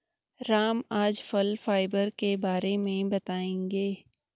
राम आज फल फाइबर के बारे में बताएँगे